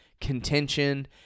contention